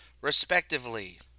respectively